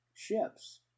ships